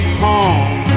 home